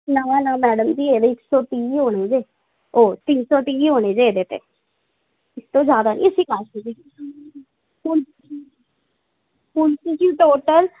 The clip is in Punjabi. ਨਾ ਨਾ ਮੈਡਮ ਜੀ ਇਹਦੇ ਇੱਕ ਸੌ ਤੀਹ ਹੋਣਗੇ ਉਹ ਤਿੰਨ ਸੌ ਤੀਹ ਹੋਣੇ ਜੇ ਇਹਦੇ ਅਤੇ ਇਸ ਤੋਂ ਜ਼ਿਆਦਾ ਨਹੀਂ ਅਸੀਂ ਕਰ ਸਕਦੇ ਹੁਣ ਹੁਣ ਤੁਸੀਂ ਟੋਟਲ